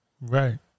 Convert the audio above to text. Right